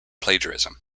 plagiarism